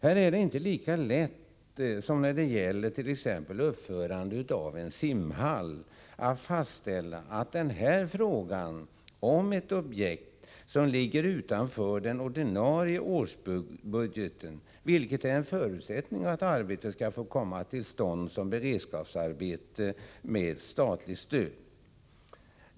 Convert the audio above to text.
Här är det inte lika lätt som när det gäller t.ex. uppförande av en simhall att fastställa att det är fråga om ett objekt som ligger utanför den ordinarie årsbudgeten, vilket är en förutsättning för att arbetet skall få komma till stånd som beredskapsarbete med statligt stöd.